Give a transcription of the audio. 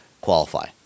qualify